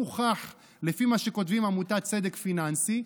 לפי מה שכותבים עמותת צדק פיננסי,